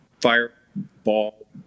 fireball